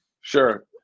Sure